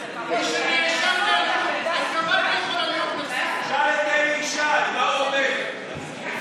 תשאל את אלי ישי מה קורה איתו.